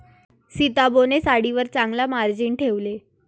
सीताबोने साडीवर चांगला मार्जिन ठेवले